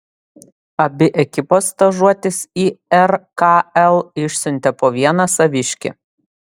abi ekipos stažuotis į rkl išsiuntė po vieną saviškį